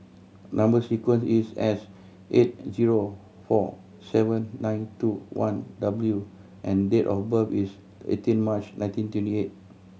number sequence is S eight zero four seven nine two one W and date of birth is eighteen March nineteen twenty eight